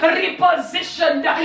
repositioned